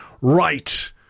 Right